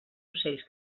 ocells